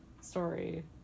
story